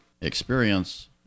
experience